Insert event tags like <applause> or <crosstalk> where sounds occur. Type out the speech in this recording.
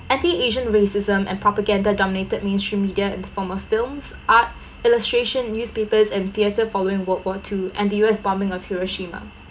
anti asian racism and propaganda dominated mainstream media in form of films art <breath> illustration newspapers and theater following world war two and the U_S bombing of hiroshima